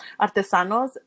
artesanos